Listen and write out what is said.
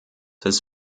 his